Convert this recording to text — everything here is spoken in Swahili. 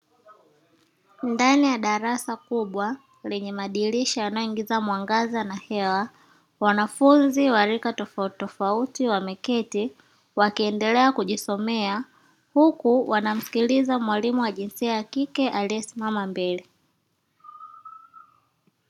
Ndani ya darasa kubwa lenye madirisha yanayoingiza mwangaza na hewa wanafunzi wa rika tofautitofauti wameketi wakiendelea kujisomea huku wanamsikiliza mwalimu wa jinsia ya kike aliyesimama mbele.